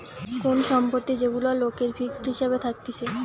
কোন সম্পত্তি যেগুলা লোকের ফিক্সড হিসাবে থাকতিছে